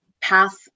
path